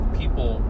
people